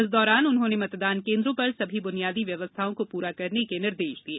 इस दौरान उन्होंने मतदान केन्द्रों पर सभी बुनियादी व्यवस्थाओं को पूरा करने के निर्देश दिये